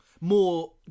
more